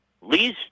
Lee's